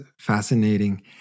fascinating